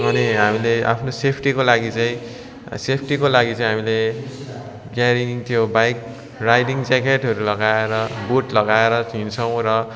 अनि हामीले आफ्नो सेफ्टिको लागि चाहिँ सेफ्टिको लागि चाहिँ हामीले क्यारिङ त्यो बाइक राइडिङ ज्याकेटहरू लगाएर बुट लगाएर हिँड्छौँ र